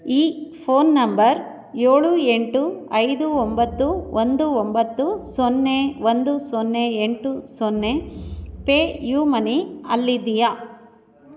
ಈ phone number ಏಳು ಎಂಟು ಐದು ಒಂಬತ್ತು ಒಂದು ಒಂಬತ್ತು ಸೊನ್ನೆ ಒಂದು ಸೊನ್ನೆ ಎಂಟು ಸೊನ್ನೆ ಪೇ ಯು ಮನಿ ಅಲ್ಲಿದೆಯಾ